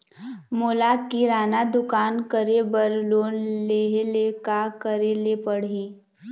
मोला किराना दुकान करे बर लोन लेहेले का करेले पड़ही?